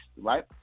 right